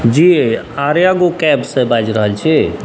जी आर्या गो कैबसँ बाजि रहल छी